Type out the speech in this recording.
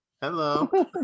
hello